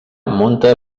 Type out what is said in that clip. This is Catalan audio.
munta